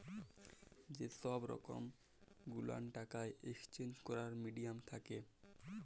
যে সহব রকম গুলান টাকার একেসচেঞ্জ ক্যরার মিডিয়াম থ্যাকে